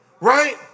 Right